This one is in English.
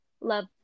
love